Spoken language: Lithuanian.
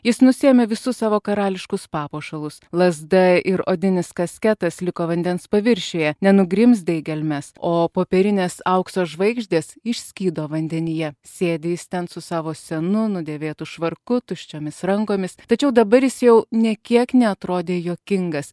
jis nusiėmė visus savo karališkus papuošalus lazda ir odinis kasketas liko vandens paviršiuje nenugrimzdę į gelmes o popierinės aukso žvaigždės išskydo vandenyje sėdi jis ten su savo senu nudėvėtu švarku tuščiomis rankomis tačiau dabar jis jau nė kiek neatrodė juokingas